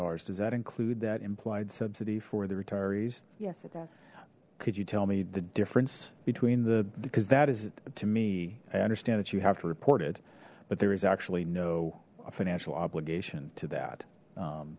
dollars does that include that implied subsidy for the retirees yes could you tell me the difference between the because that is to me i understand that you have to report it but there is actually no financial obligation to that